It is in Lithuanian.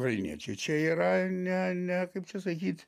ukrainiečiai yra ne ne kaip čia sakyti